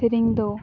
ᱥᱮᱨᱮᱧ ᱫᱚ